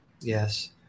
Yes